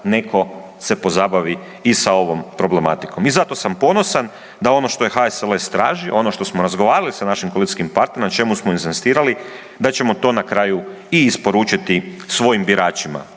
neko se pozabavi i sva ovom problematikom. I zato sam ponosan da ono što je HSLS tražio ono što smo razgovarali sa našim koalicijskim partnerima na čemu smo inzistirali da ćemo to na kraju i isporučiti svojim biračima.